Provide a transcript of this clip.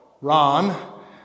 Ron